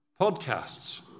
podcasts